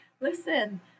Listen